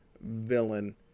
villain